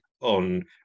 on